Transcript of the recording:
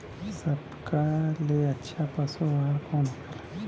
सबका ले अच्छा पशु आहार कवन होखेला?